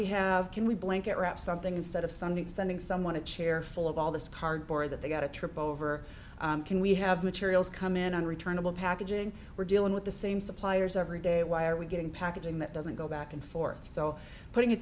we have can we blanket wrap something instead of something sending someone a chair full of all this cardboard that they got a trip over can we have materials come in on returnable packaging we're dealing with the same suppliers every day why are we getting packaging that doesn't go back and forth so putting